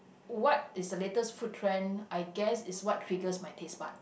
what is the latest food trend I guess is what triggers my taste bud